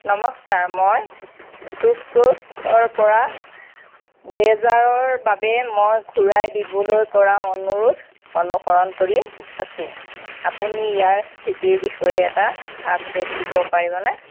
নমস্কাৰ মই শ্বপক্লুজৰ পৰা ব্লেজাৰৰ বাবে মই ঘূৰাই দিবলৈ কৰা অনুৰোধ অনুসৰণ কৰি আছোঁ আপুনি ইয়াৰ স্থিতিৰ বিষয়ে এটা আপডেট দিব পাৰিবনে